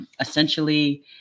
essentially